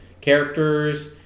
characters